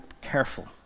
careful